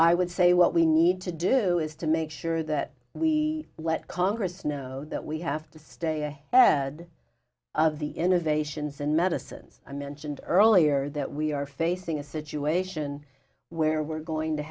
i would say what we need to do is to make sure that we let congress know that we have to stay ahead of the innovations and medicines i mentioned earlier that we are facing a situation where we're going to